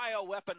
bioweapon